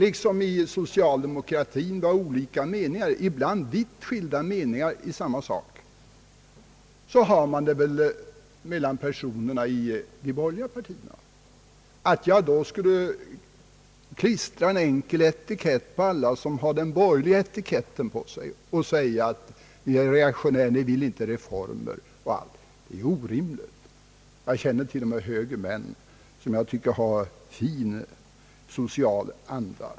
Inom socialdemokratin kan det ju råda olika meningar — ibland vitt skilda — i samma sak, och på samma sätt är det väl bland olika personer inom de borgerliga partierna. Det är orimligt att påstå att jag skulle klistra en enkel etikett på alla som tillhör borgerliga partier och säga, att de är reaktionära och negativt inställda till reformer. Jag känner t.o.m. högermän som har fin social anda.